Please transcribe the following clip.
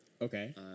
Okay